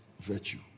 virtue